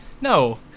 no